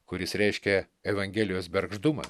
kuris reiškė evangelijos bergždumą